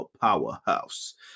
powerhouse